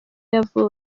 yavutse